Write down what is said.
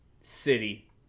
City